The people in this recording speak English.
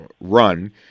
run